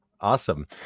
Awesome